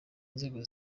nzego